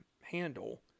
handle